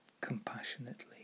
compassionately